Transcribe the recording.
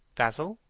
basil,